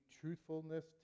truthfulness